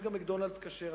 יש גם "מקדונלד'ס" כשר,